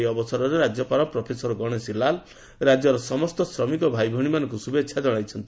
ଏହି ଅବସରରେ ରାଜ୍ୟପାଳ ପ୍ରଫେସର ଗଣେଶୀ ଲାଲ ରାଜ୍ୟର ସମସ୍ତ ଶ୍ରମିକ ଭାଇଭଉଶୀ ମାନଙ୍କୁ ଶୁଭେଛା ଜଶାଇଛନ୍ତି